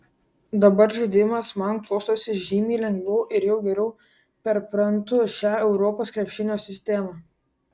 dabar žaidimas man klostosi žymiai lengviau ir jau geriau perprantu šią europos krepšinio sistemą